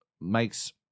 Makes